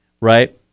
Right